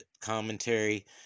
commentary